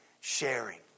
sharing